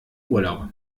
urlaub